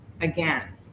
again